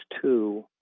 two